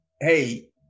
hey